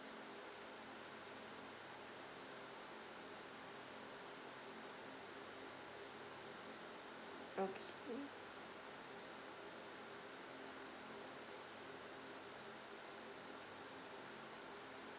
okay